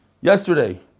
Yesterday